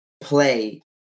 play